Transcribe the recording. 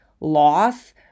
loss